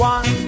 One